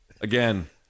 again